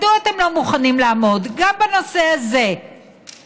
מדוע אתם לא מוכנים לעמוד גם בנושא הזה ולומר: